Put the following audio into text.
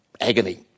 agony